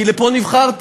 כי לפה נבחרתי.